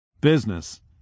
Business